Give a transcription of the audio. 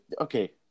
okay